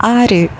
ஆறு